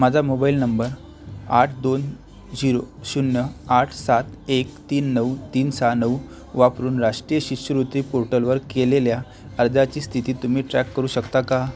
माझा mobile number आठ दोन झिरो शून्य आठ सात एक तीन नऊ तीन सहा नऊ वापरून राष्ट्रीय शिष्यवृत्ती पोर्टलवर केलेल्या अर्जाची स्थिती तुम्ही ट्रॅक करू शकता का